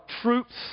troops